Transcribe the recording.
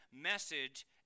message